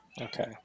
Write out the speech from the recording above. Okay